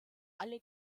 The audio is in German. alle